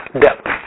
depth